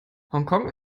hongkong